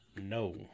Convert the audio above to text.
No